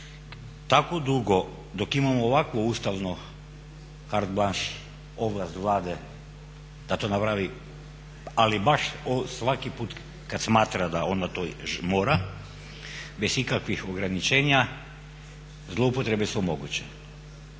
tako dugo dok imamo ovakvo ustavno …/Govornik se ne razumije./… ovlast Vlade da to napravi ali baš svaki put kad smatra da ona to mora bez ikakvih ograničenja zloupotrebe su moguće.